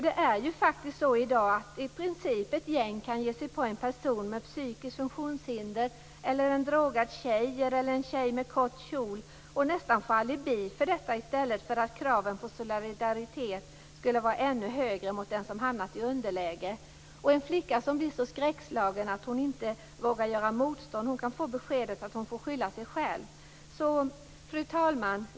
Det är ju faktiskt så i dag att ett gäng i princip kan ge sig på en person med psykiskt funktionshinder, en drogad tjej eller en tjej med kort kjol och nästan få alibi för detta i stället för att kraven på solidaritet skulle vara ännu högre mot den som hamnat i underläge. En flicka som blir så skräckslagen att hon inte vågar göra motstånd kan få beskedet att hon får skylla sig själv. Fru talman!